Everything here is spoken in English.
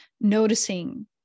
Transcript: noticing